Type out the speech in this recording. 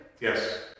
Yes